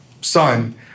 son